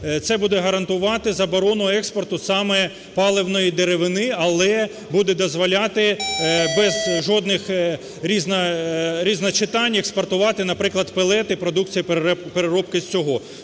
Це буде гарантувати заборону експорту саме паливної деревини, але буде дозволяти без жодних різночитань експортувати, наприклад, пелети, продукцію переробки з цього.